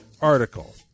article